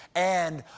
and,